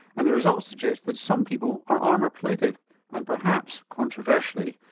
and the results suggest that some people are armour-plated and perhaps, controversially,